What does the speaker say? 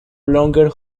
longer